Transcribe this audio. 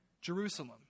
Jerusalem